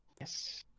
Yes